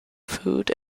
food